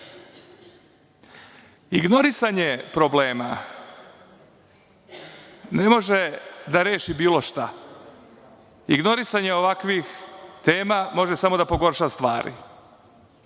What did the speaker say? Ignorisanje problema ne može da reši bilo šta. Ignorisanje ovakvih tema može samo da pogorša stvari.